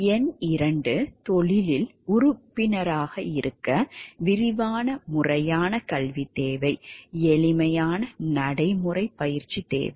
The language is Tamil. எண் 2 தொழிலில் உறுப்பினராக இருக்க விரிவான முறையான கல்வி தேவை எளிமையான நடைமுறைப் பயிற்சி தேவை